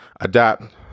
adapt